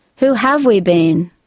who have we been?